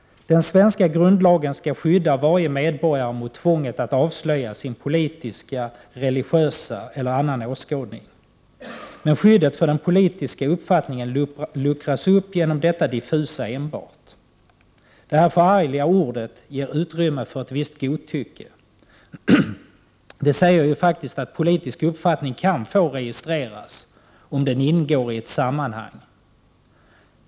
Den svenska grundlagen skall skydda varje medborgare mot tvånget att avslöja politisk, regligiös eller annan åskådning. Men skyddet för den politiska uppfattningen luckras upp genom detta diffusa ”enbart”. Det förargliga ordet ger utrymme för ett visst godtycke. Det innebär faktiskt att politisk uppfattning kan få registreras om den ingår i ett sammanhang.